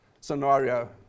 scenario